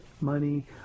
money